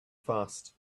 fast